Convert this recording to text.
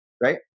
right